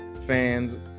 fans